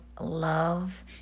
love